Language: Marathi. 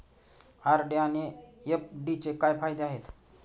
आर.डी आणि एफ.डीचे काय फायदे आहेत?